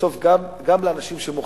בסוף גם לאנשים שמוחים.